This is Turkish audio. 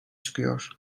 çıkıyor